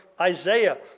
Isaiah